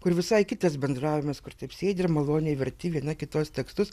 kur visai kitas bendravimas kur taip sėdi ir maloniai verti viena kitos tekstus